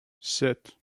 sept